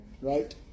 Right